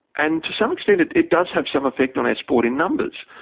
and to some extent it it does have some effect on our sport in numbers.